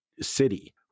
city